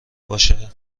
باشه